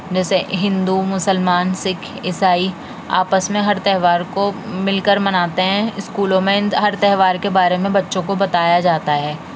جیسے ہندو مسلمان سکھ عیسائی آپس میں ہر تہوار کو مل کر مناتے ہیں اسکولوں میں ہر تہوار کے بارے میں بچوں کو بتایا جاتا ہے